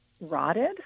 rotted